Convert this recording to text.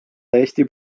täiesti